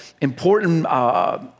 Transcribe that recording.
important